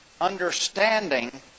understanding